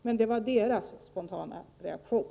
Men det var deras spontana reaktion.